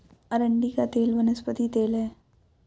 अरंडी का तेल वनस्पति तेल है